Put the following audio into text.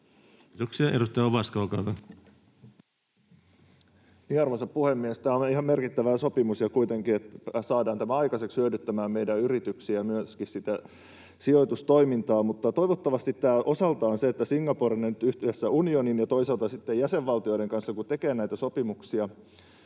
Kiitoksia. — Edustaja Ovaska, olkaa hyvä. Arvoisa puhemies! Tämä on ihan merkittävä sopimus, ja on kuitenkin merkittävää, että saadaan tämä aikaiseksi hyödyttämään meidän yrityksiä, myöskin sitä sijoitustoimintaa. Mutta toivottavasti osaltaan, kun Singapore on nyt yhteydessä unionin ja toisaalta sitten jäsenvaltioiden kanssa, kun tekee näitä sopimuksia,